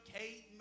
Kate